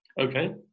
Okay